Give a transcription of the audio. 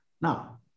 Now